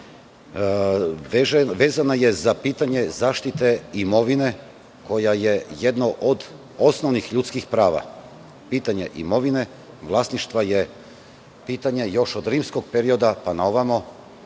vezana je za pitanje zaštite imovine koja je jedno od osnovnih ljudskih prava. Pitanje imovine, vlasništva je pitanje još od rimskog perioda pa naovamo,